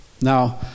Now